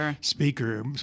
speaker